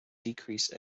decreased